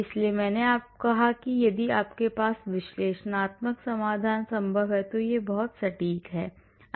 इसलिए जैसे मैंने कहा कि यदि आपके पास विश्लेषणात्मक समाधान संभव है तो यह सबसे सटीक है